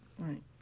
Right